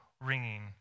ringing